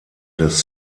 des